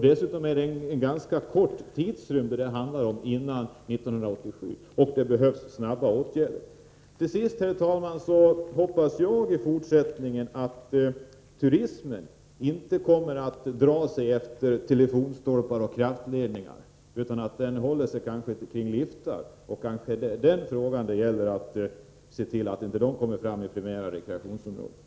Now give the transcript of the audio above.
Dessutom är det ganska kort tid fram till 1987, och det behövs snabba åtgärder. Herr talman! Till sist hoppas jag att turismen i fortsättningen inte kommer att dra sig till områden utefter telefonstolpar och kraftledningar utan att den håller sig kring områden utefter liftar. Kanske är det denna fråga det gäller, alltså att se till att turismen inte kommer fram i primära rekreationsområden.